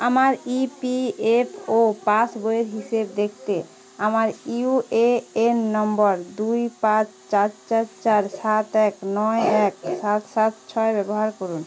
আমার ইপিএফও পাসবইয়ের হিসেব দেখতে আমার ইউ এ এন নম্বর দুই পাঁচ চার চার চার সাত এক নয় এক সাত সাত ছয় ব্যবহার করুন